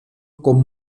con